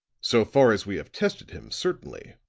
so far as we have tested him, certainly,